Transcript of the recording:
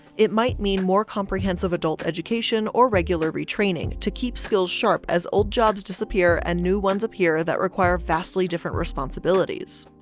it might mean more comprehensive adult education, or regular retraining, to keep skills sharp as old jobs disappear and new ones appear that require vastly different responsibilities.